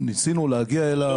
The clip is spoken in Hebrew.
ניסינו להגיע אליו.